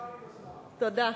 תודה.